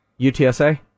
UTSA